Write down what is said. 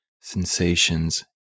sensations